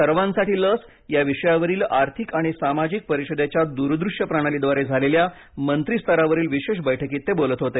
सर्वांसाठी लस या विषयावरील आर्थिक आणि सामाजिक परिषदेच्या दूरदृश्य प्रणालीद्वारे झालेल्या मंत्रीस्तरावरील विशेष बैठकीत ते बोलत होते